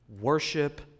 worship